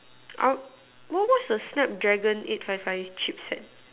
uh what what's the snapdragon eight five five chip set